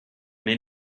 made